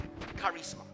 charisma